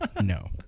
No